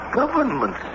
government